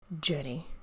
journey